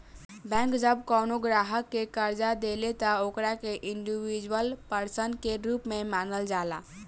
bank जब कवनो ग्राहक के कर्जा देले त ओकरा के इंडिविजुअल पर्सन के रूप में मानल जाला